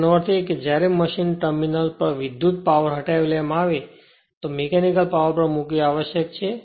જેનો અર્થ છે કે જ્યારે મશીન ટર્મિનલ્સ પર વિદ્યુત પાવર હટાવી લેવા માં આવે છે તો મીકેનિકલ પાવર પર મૂકવી આવશ્યક છે